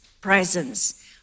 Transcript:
presence